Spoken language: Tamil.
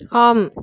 ஆம்